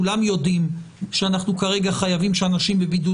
כולם יודעים שאנחנו כרגע חייבים שאנשים בבידוד